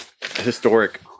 historic